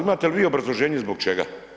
Imate li vi obrazloženje zbog čega?